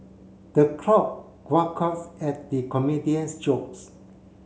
the crowd at the comedian's jokes